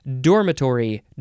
dormitory